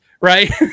right